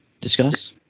discuss